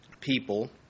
people